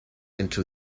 into